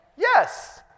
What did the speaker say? yes